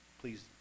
Please